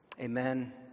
Amen